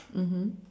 mmhmm